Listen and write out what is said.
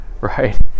Right